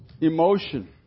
Emotion